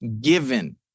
given